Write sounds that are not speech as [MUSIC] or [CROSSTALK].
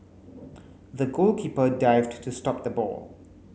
[NOISE] the goalkeeper dived to stop the ball